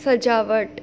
સજાવટ